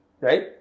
right